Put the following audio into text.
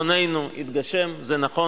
ח"י, בעד, אין מתנגדים, אין נמנעים.